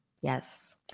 Yes